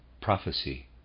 prophecy